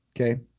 Okay